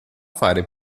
fare